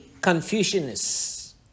Confucianists